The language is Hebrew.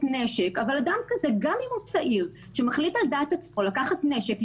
נשק גם אם הוא צעיר שמחליט על דעת עצמו לקחת נשק,